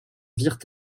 virent